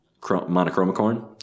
monochromicorn